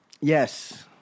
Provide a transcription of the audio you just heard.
Yes